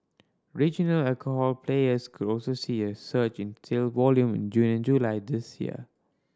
regional alcohol players could also see a surge sale volume in June and July this year